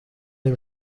dem